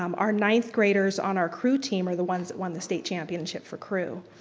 um our ninth graders on our crew team are the ones that won the state championship for crew.